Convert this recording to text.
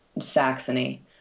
Saxony